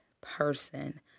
person